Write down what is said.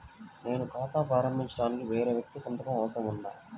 నేను ఖాతా ప్రారంభించటానికి వేరే వ్యక్తి సంతకం అవసరం ఉందా?